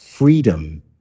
freedom